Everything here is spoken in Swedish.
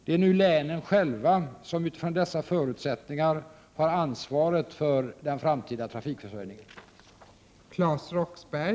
Det är nu länen själva som utifrån dessa förutsättningar har ansvaret för framtidens trafikförsörjning.